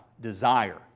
desire